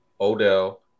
Odell